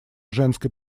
женской